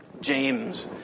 James